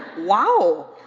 wow,